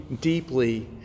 deeply